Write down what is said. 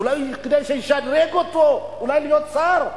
אולי כדי שישדרג אותו, אולי להיות שר?